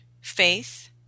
faith